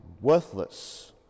worthless